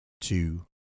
two